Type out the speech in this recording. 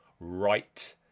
right